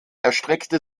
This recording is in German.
erstreckte